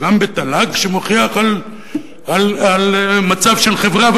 וגם בתל"ג שמוכיח על מצב של חברה,